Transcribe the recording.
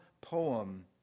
poem